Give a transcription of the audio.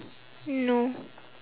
no